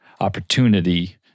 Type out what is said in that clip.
opportunity